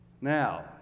Now